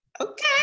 Okay